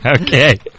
Okay